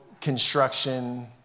construction